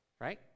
right